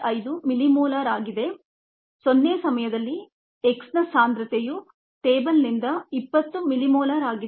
5 millimolar ಆಗಿದೆ 0 ಸಮಯದಲ್ಲಿ X ನ ಸಾಂದ್ರತೆಯು ಟೇಬಲ್ನಿಂದ 20 ಮಿಲಿಮೋಲಾರ್ ಆಗಿದೆ